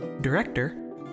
Director